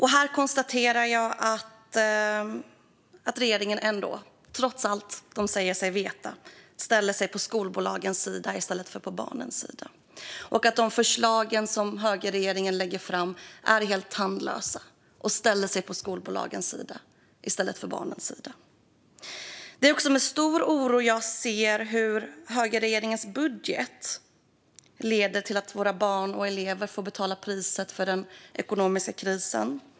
Här konstaterar jag att regeringen, trots allt de säger sig veta, ändå ställer sig på skolbolagens sida i stället för på barnens sida och att förslagen som högerregeringen lägger fram är helt tandlösa. Det är också med stor oro jag ser hur högerregeringens budget leder till att våra barn och elever får betala priset för den ekonomiska krisen.